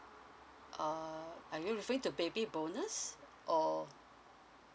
err are you referring to baby bonus or